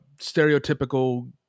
stereotypical